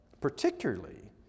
particularly